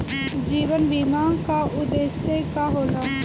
जीवन बीमा का उदेस्य का होला?